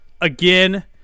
again